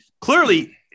Clearly